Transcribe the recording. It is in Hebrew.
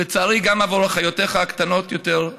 ולצערי גם עבור אחיותיך הקטנות יותר,